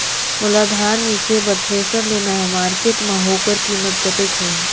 मोला धान मिसे बर थ्रेसर लेना हे मार्केट मां होकर कीमत कतेक होही?